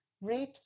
rate